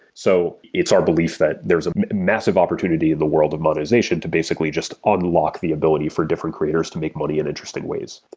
so it's our belief that there is a massive opportunity in the world of monetization to basically just unlock the ability for different creators to make money in interesting ways.